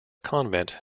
convent